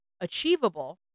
achievable